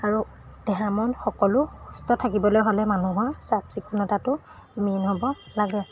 আৰু দেহা মন সকলো সুস্থ থাকিবলৈ হ'লে মানুহৰ চাফচিকুণতাটো মেইন হ'ব লাগে